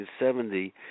1970